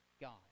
God